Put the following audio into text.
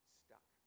stuck